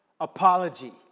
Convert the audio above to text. apology